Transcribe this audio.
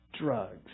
drugs